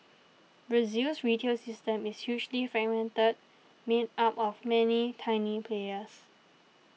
Brazil's retail system is hugely fragmented made up of many tiny players